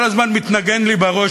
כל הזמן מתנגן לי בראש,